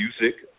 music